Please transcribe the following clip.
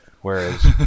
Whereas